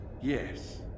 yes